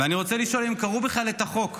ואני רוצה לשאול אם הם קראו בכלל את החוק.